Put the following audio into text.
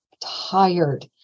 tired